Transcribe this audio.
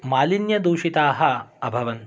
मालिन्यदूषिताः अभवन्